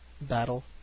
battle